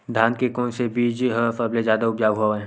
धान के कोन से बीज ह सबले जादा ऊपजाऊ हवय?